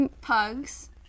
Pugs